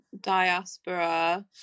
diaspora